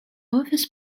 office